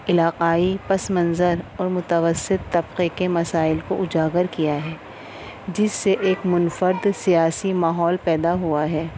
علاقائی پس منظر اور متوثر طبقے کے مسائل کو اجاگر کیا ہے جس سے ایک منفرد سیاسی ماحول پیدا ہوا ہے